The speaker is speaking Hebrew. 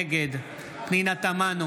נגד פנינה תמנו,